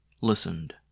listened